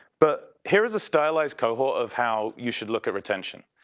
but here is a stylized cohort of how you should look at retention.